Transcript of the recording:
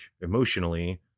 emotionally